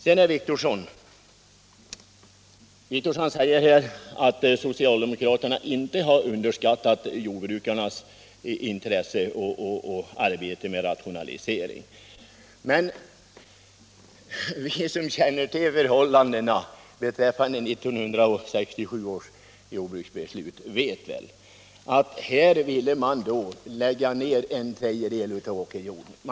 Herr Wictorsson säger att socialdemokraterna inte har underskattat jordbrukarnas intresse och arbete med rationalisering. Men vi som känner till förhållandena beträffande 1967 års jordbruksbeslut vet väl att den dåvarande socialdemokratiska regeringen ville lägga ner en tredjedel av åkerjorden.